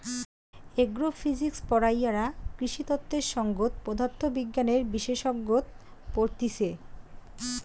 agro physics পড়াইয়ারা কৃষিতত্ত্বের সংগত পদার্থ বিজ্ঞানের বিশেষসত্ত পড়তিছে